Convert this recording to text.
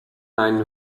ein